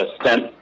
stent